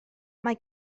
mae